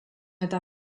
eta